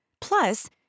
Plus